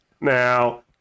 Now